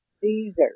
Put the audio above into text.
Caesar